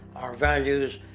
our values,